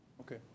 Okay